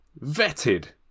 vetted